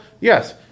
yes